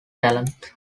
talent